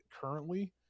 currently